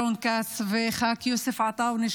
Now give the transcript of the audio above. רון כץ ויוסף עטאונה,